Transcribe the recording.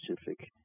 specific